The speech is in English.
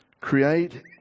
Create